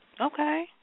Okay